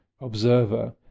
observer